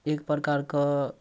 एक प्रकारके